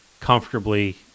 Comfortably